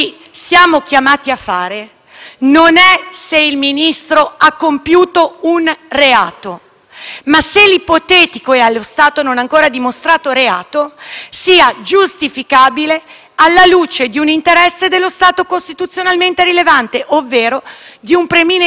ma se l'ipotetico e allo stato non ancora dimostrato reato sia giustificabile alla luce di un interesse dello Stato costituzionalmente rilevante ovvero di un preminente interesse pubblico. Non siamo giudici qui e nessuno di noi vuole emettere sentenze